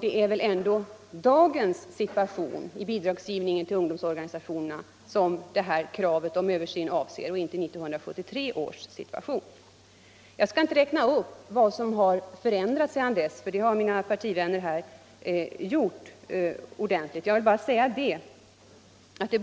Det är väl ändå dagens situation när det gäller bidragsgivningen till ungdomsorganisationerna som kravet om översyn avser och inte 1973 års situation? Jag skall inte räkna upp vad som har förändrats sedan dess — det har mina partivänner här redan gjort.